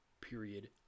Period